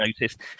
noticed